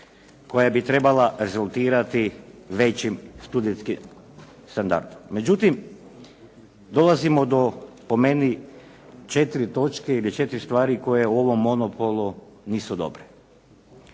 koja bi trebala rezultirati većim studentskim standardom. Međutim dolazimo do, po meni, 4 točke ili 4 stvari koje u ovom monopolu nisu dobre.